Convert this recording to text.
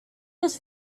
this